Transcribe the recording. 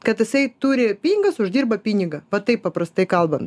kad jisai turi pinigas uždirba pinigą va taip paprastai kalbant